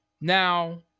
Now